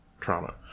trauma